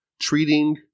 treating